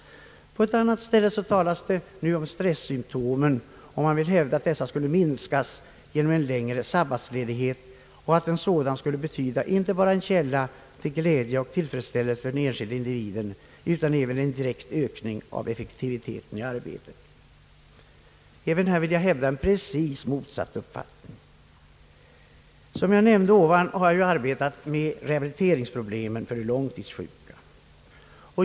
På ett annat ställe i motionerna talas det om stressymtom. Man vill hävda att dessa skulle minskas av en längre sabbatsledighet och att en sådan skulle »kunna betyda inte bara en källa till glädje och tillfredsställelse för den enskilde individen utan även en direkt ökning av effektiviteten i arbetet». Även härvidlag vill jag hävda precis motsatt uppfattning. Som jag nämnde har jag arbetat med rehabiliteringsproblem för de långtidssjuka.